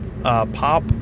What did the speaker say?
pop